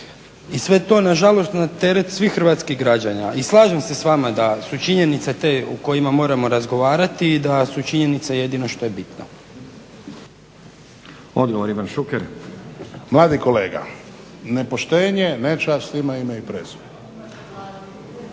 i sve to nažalost na teret svih hrvatskih građana. I slažem se s vama da su činjenice te o kojima moramo razgovarati i da su činjenice jedino što je bitno. **Stazić, Nenad (SDP)** Odgovor, Ivan Šuker. **Šuker, Ivan (HDZ)** Mladi kolega, nepoštenje, ne čast ima ime i prezime.